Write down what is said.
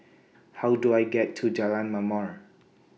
How Do I get to Jalan Ma'mor